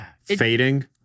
Fading